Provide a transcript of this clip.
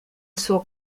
suo